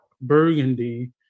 burgundy